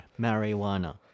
Marijuana